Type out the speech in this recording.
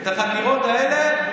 שבחקירות האלה,